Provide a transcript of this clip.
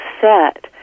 Set